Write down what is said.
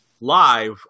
live